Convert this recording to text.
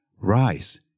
Rise